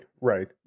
right